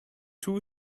too